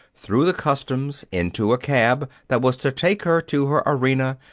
through the customs, into a cab that was to take her to her arena,